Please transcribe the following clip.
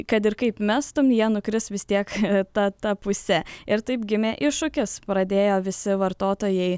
kad ir kaip mestum jie nukris vis tiek ta puse ir taip gimė iššūkis pradėjo visi vartotojai